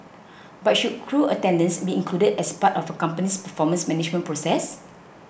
but should crew attendance be included as part of a company's performance management process